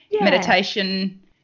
Meditation